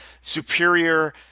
superior